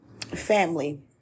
Family